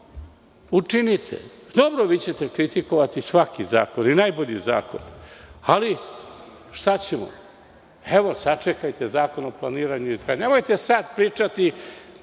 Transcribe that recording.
legalizuje. Dobro, vi ćete kritikovati svaki zakon i najbolji zakon. Ali, šta ćemo? Evo, sačekajte Zakon o planiranju i izgradnji. Nemojte sada pričati